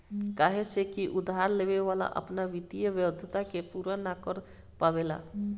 काहे से की उधार लेवे वाला अपना वित्तीय वाध्यता के पूरा ना कर पावेला